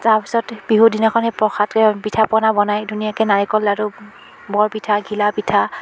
তাৰ পিছত বিহুৰ দিনাখন সেই প্ৰসাদকে পিঠাপনা বনায় ধুনীয়াকৈ নাৰিকল লাৰু বৰপিঠা ঘিলাপিঠা